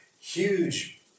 huge